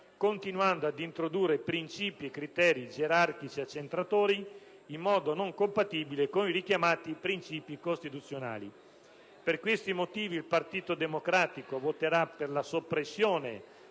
continuando ad introdurre princìpi e criteri gerarchici accentratori in modo non compatibile con i richiamati principi costituzionali. Per questi motivi, il Partito Democratico voterà a favore della soppressione